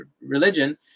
religion